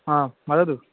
हा वदतु